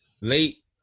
late